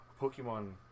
Pokemon